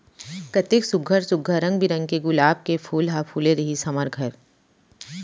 कतेक सुग्घर सुघ्घर रंग बिरंग के गुलाब के फूल ह फूले रिहिस हे हमर घर